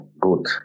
good